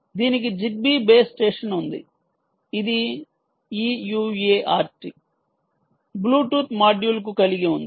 దీనికి Zigbee base station ఉంది ఇది ఈ UART బ్లూటూత్ మాడ్యూల్కు కలిగి ఉంది